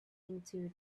into